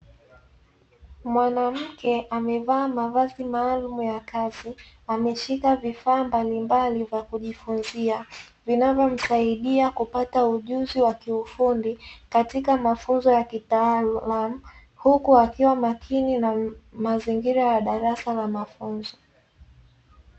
Mwanamke amevaa mavazi maalumu ya kazi, ameshika vifaa mbalimbali vya kujifunzia, vinavyomsaidia kupata ujuzi wa kiufundi katika mafunzo ya kitaalamu. Huku akiwa makini na mazingira ya darasa la mafunzo.